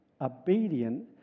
obedient